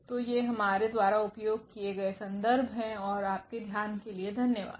तो ये हमारे द्वारा उपयोग किए गए संदर्भ हैं और आपके ध्यान देने के लिए धन्यवाद